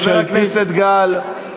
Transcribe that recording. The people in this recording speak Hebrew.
חבר הכנסת גל,